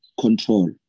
control